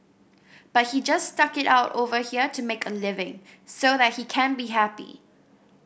but he just stuck it out over here to make a living so that he can be happy